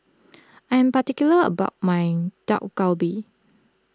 I am particular about my Dak Galbi